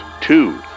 Two